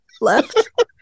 left